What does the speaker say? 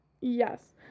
Yes